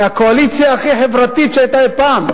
מהקואליציה הכי חברתית שהיתה אי-פעם.